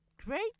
Great